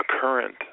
current